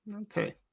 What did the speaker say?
Okay